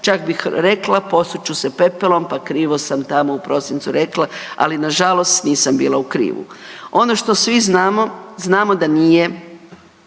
čak bih rekla, posut ću se pepelom pa krivo sam tamo u prosincu rekla, ali nažalost nisam bila u krivu. Ono što svi znamo, znamo da nije